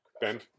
Ben